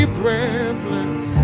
breathless